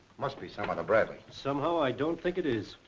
must be some other bradley. somehow i don't think it is.